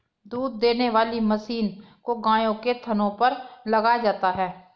दूध देने वाली मशीन को गायों के थनों पर लगाया जाता है